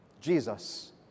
Jesus